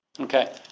Okay